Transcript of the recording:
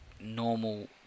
normal